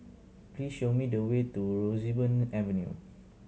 please show me the way to Roseburn Avenue